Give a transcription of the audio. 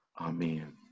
Amen